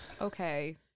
okay